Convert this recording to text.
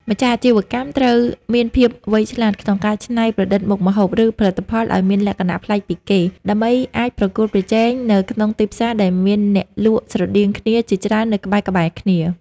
ម្ចាស់អាជីវកម្មត្រូវមានភាពវៃឆ្លាតក្នុងការច្នៃប្រឌិតមុខម្ហូប ឬផលិតផលឱ្យមានលក្ខណៈប្លែកពីគេ ដើម្បីអាចប្រកួតប្រជែងនៅក្នុងទីផ្សារដែលមានអ្នកលក់ស្រដៀងគ្នាជាច្រើននៅក្បែរៗគ្នា។